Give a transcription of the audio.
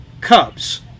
Cubs